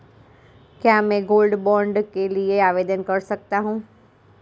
क्या मैं gold bond के लिए आवेदन कर सकता हूं?